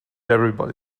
everybody